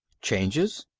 changes?